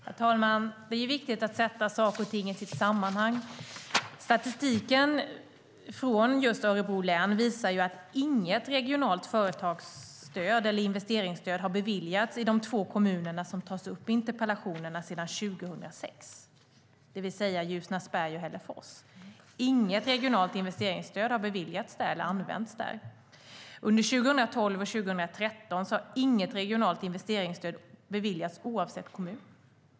Herr talman! Det är viktigt att sätta saker och ting i sitt sammanhang. Statistiken från Örebro län visar att inget regionalt företagsstöd eller investeringsstöd har beviljats i de två kommuner som tas upp i interpellationen sedan 2006, det vill säga Ljusnarsberg och Hällefors. Inget regionalt investeringsstöd har beviljats eller använts där. Under 2012 och 2013 har inget regionalt investeringsstöd beviljats oavsett kommun.